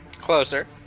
Closer